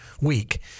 week